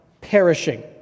perishing